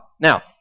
Now